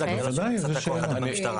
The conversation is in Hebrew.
תודה רבה לחברת הכנסת מירב בן-ארי.